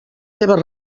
seves